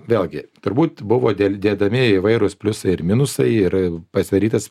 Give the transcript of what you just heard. vėlgi turbūt buvo del dedami įvairūs pliusai ir minusai ir pasidarytas